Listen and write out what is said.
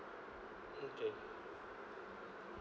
okay